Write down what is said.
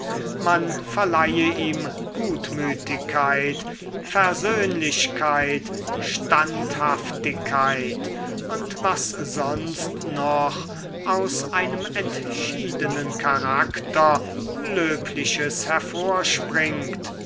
man verleihe ihm gutmütigkeit versöhnlichkeit standhaftigkeit und was sonst noch aus einem entschiedenen charakter löbliches hervorspringt